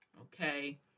okay